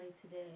today